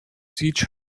teach